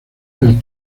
del